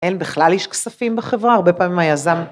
אין בכלל איש כספים בחברה, הרבה פעמים היזם...